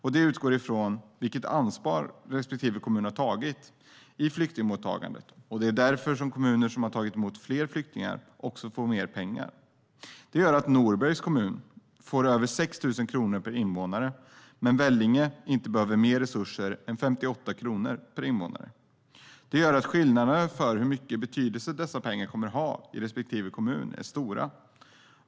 Den utgår från vilket ansvar respektive kommun har tagit för flyktingmottagandet. Därför får de kommuner som har tagit emot fler flyktingar också mer pengar. Det leder till att Norbergs kommun får över 6 000 kronor per invånare medan Vellinge inte behöver mer resurser än 58 kronor per invånare. Skillnaderna mellan hur stor betydelse dessa pengar kommer att få i respektive kommun är stora.